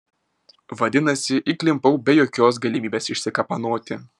vadinasi įklimpau be jokios galimybės išsikapanoti